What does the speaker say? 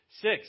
Six